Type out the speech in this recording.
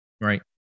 Right